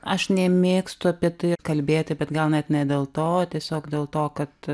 aš nemėgstu apie tai kalbėti bet gal net ne dėl to tiesiog dėl to kad